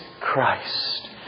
Christ